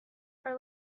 are